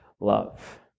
love